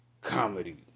comedy